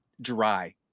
dry